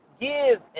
give